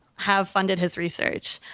have funded his research.